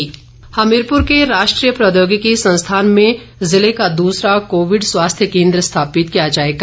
Covid health centre Hamirpur के राष्ट्रीय प्रौद्योगिकी संस्थान में ज़िले का दूसरा कोविड स्वास्थ्य कोन्द्र स्थापित किया जाएगा